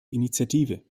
initiative